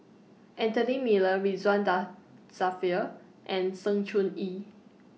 Anthony Miller Ridzwan DA Dzafir and Sng Choon Yee